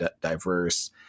diverse